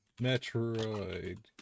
Metroid